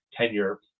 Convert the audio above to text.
tenure